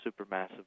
supermassive